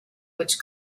which